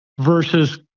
versus